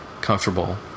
comfortable